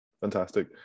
Fantastic